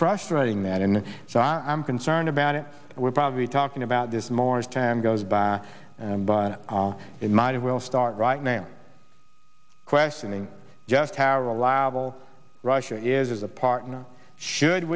frustrating that and so i'm concerned about it and we're probably talking about this more as time goes by and by it might as well start right now questioning just how reliable russia is as a partner should